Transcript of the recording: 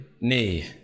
knee